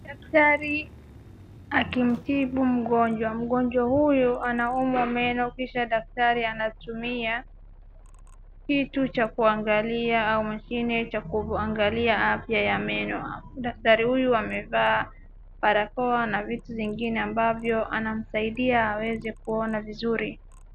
Daktari akimtibu mgonjwa , mgonjwa huyu anaumwa meno kisha daktari anatumia kitu cha kuangalia au mashini ya kuangalia afya ya meno . Daktari huyu amevaa barakoa na vitu zingine ambazo anamsaidia aweze kuona vizuri.